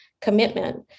commitment